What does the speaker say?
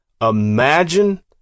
Imagine